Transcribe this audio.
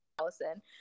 Allison